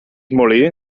molí